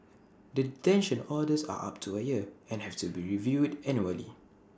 the detention orders are up to A year and have to be reviewed annually